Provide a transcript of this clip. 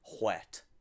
wet